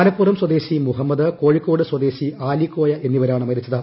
മലപ്പുറം സ്വദേശി മുഹമ്മദ് കോഴിക്കോട് സ്വദേശി ആലിക്കോയ എന്നിവരാണ് മരിച്ചത്